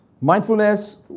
Mindfulness